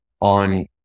on